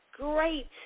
great